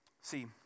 See